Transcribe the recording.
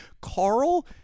Carl